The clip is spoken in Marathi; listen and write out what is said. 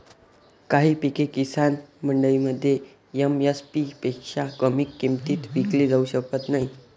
काही पिके किसान मंडईमध्ये एम.एस.पी पेक्षा कमी किमतीत विकली जाऊ शकत नाहीत